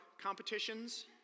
competitions